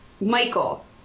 Michael